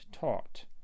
taught